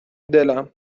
دلم